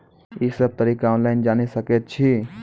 ई सब तरीका ऑनलाइन जानि सकैत छी?